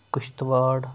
Kishtwar